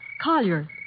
Collier